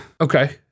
Okay